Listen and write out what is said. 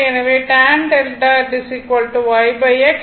எனவே tan δ y x